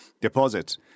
deposit